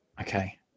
Okay